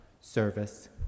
service